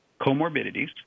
comorbidities